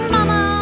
Mama